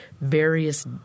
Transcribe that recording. various